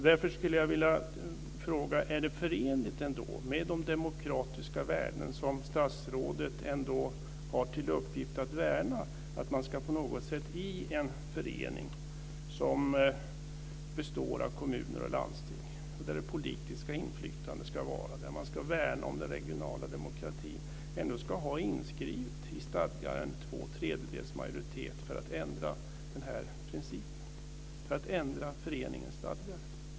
Därför vill jag fråga: Är det förenligt med de demokratiska värden som statsrådet ändå har till uppgift att värna, att man i en förening som består av kommuner och landsting och där man ska värna om den regionala demokratin har inskrivet i stadgarna principen att det krävs två tredjedels majoritet för att ändra föreningens stadgar?